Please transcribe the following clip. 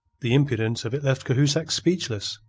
the impudence of it left cahusac speechless.